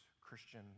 Christian